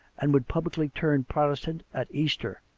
and would publicly turn prot estant at easter,